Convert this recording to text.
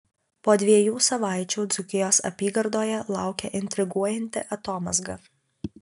po dviejų savaičių dzūkijos apygardoje laukia intriguojanti atomazga